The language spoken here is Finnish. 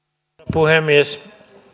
puhemies